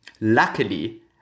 Luckily